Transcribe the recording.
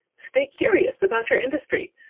stay curious about your industry.